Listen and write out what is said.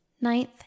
ninth